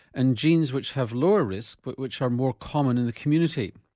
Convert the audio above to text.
and genes which have lower risk but which are more common in the community.